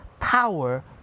power